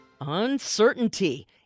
uncertainty